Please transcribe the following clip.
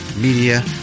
media